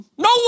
No